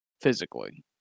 physically